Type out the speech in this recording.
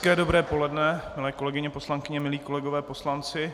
Hezké dobré poledne, milé kolegyně poslankyně, milí kolegové poslanci.